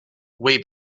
way